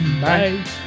Bye